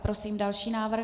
Prosím další návrh.